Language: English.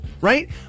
right